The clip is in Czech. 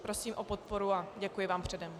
Prosím o podporu a děkuji vám předem.